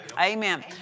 Amen